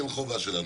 זו כן חובה שלנו,